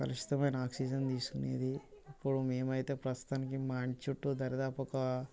కలుషితమైన ఆక్సిజన్ తీసుకునేది ఇప్పుడు మేము అయితే ప్రస్తుతానికి మా ఇంటి చుట్టూ దరిదాపు ఒకా